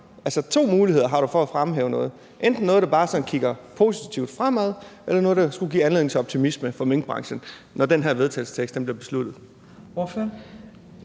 er to muligheder for at fremhæve noget: enten noget, der bare kigger positivt fremad, eller noget, der skulle give anledning til optimisme for minkbranchen, når det her forslag til vedtagelse bliver vedtaget.